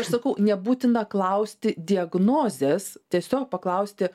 aš sakau nebūtina klausti diagnozės tiesiog paklausti